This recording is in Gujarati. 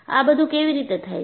આ બધું કેવી રીતે થાય છે